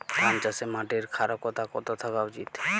ধান চাষে মাটির ক্ষারকতা কত থাকা উচিৎ?